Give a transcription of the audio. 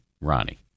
Ronnie